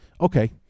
okay